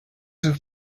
with